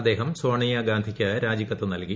അദ്ദേഹം സോണിയാഗാന്ധിക്ക് രാജിക്കത്ത് നൽകി